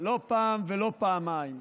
לא השארתם אזרח אחד שלא נפגע מכם.